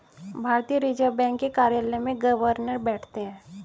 भारतीय reserve bank के कार्यालय में गवर्नर बैठते हैं